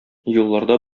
юлларда